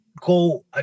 go